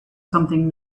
something